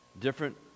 different